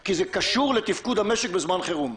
כי זה קשור לתפקוד המשק בזמן חירום.